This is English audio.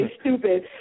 stupid